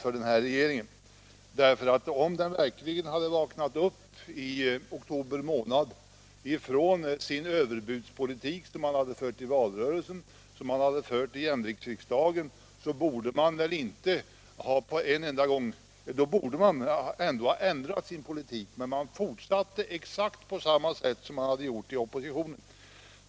Om den verkligen i oktober månad hade vaknat upp från den överbudspolitik som de borgerliga partierna förde i valrörelsen och i jämviktsriksdagen, så borde man väl då ha ändrat sin politik. Men man fortsatte att agera på exakt samma sätt som man gjort i opposition.